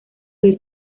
los